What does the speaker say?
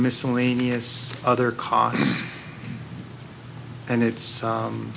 miscellaneous other costs and it's